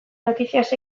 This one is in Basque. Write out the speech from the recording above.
noticias